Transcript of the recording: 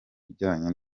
bijyanye